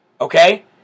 Okay